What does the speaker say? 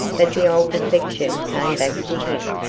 but the old affection came back to him,